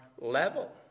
level